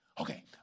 Okay